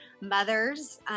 mothers